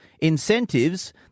incentives